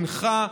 הנחה.